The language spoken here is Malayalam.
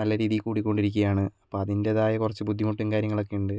നല്ല രീതിയിൽ കൂടിക്കൊണ്ടിരിക്കുകയാണ് അപ്പോൾ അതിൻ്റെതായ കുറച്ചു ബുദ്ധിമുട്ടും കാര്യങ്ങളൊക്കയുണ്ട്